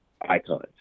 icons